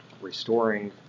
restoring